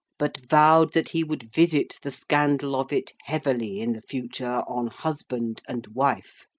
but vowed that he would visit the scandal of it heavily in the future on husband and wife.